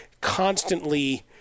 constantly